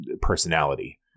personality